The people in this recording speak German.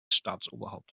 staatsoberhaupt